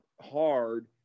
hard